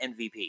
MVP